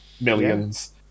millions